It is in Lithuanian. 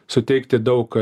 suteikti daug